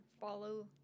follow